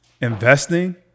investing